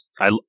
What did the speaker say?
I-